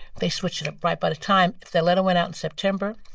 they switched it up right by the time if that letter went out in september,